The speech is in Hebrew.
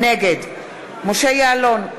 נגד משה יעלון,